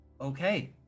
Okay